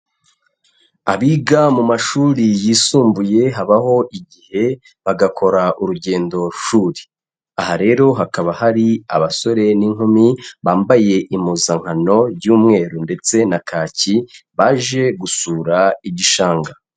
Abiga mu mashuri yisumbuye habaho igihe bagakora urugendoshuri, aha rero hakaba hari abasore n'inkumi bambaye impuzankano y'umweru ndetse na kaki baje gusura igishanga.